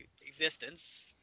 existence